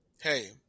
Hey